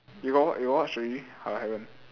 you got watch you got watch already or haven't